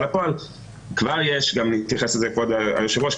לפועל וכבר התייחס לזה כבוד היושב-ראש,